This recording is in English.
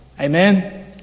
Amen